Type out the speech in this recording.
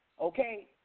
okay